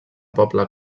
poble